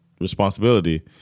responsibility